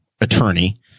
attorney